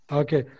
okay